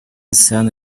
sana